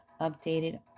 updated